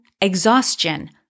exhaustion